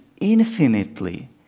infinitely